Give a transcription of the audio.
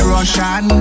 Russian